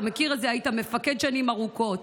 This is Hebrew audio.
אתה מכיר את זה, היית מפקד שנים ארוכות.